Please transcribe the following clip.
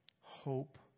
Hope